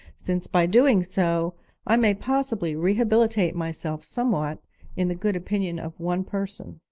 since by doing so i may possibly rehabilitate myself somewhat in the good opinion of one person.